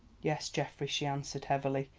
yes, geoffrey, she answered heavily,